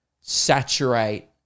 Saturate